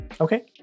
okay